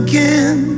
Again